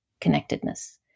connectedness